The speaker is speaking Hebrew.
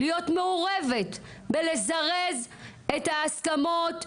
להיות מעורבת בלזרז את ההסכמות,